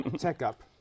checkup